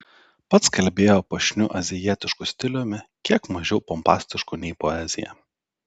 pats kalbėjo puošniu azijietišku stiliumi kiek mažiau pompastišku nei poezija